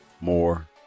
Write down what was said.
more